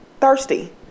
Thirsty